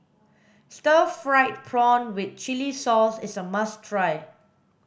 Stir Fried Prawn with chili sauce is a must try